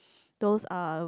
those are